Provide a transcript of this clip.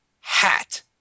Hat